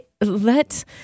Let